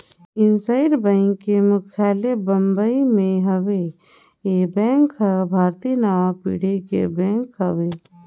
IndusInd bank के मुख्यालय बंबई मे हेवे, ये बेंक हर भारतीय नांवा पीढ़ी के बेंक हवे